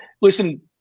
listen